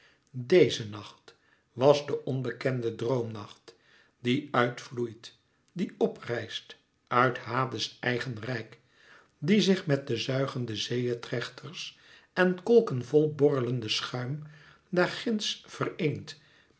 déze nacht was de onbekende droomnacht die uit vloeit die p rijst uit hades eigen rijk die zich met de zuigende zeeëtrechters en kolken vol borrelende schuim daar ginds vereent